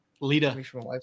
Lita